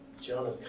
Jonah